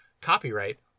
Copyright